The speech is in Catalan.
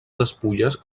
despulles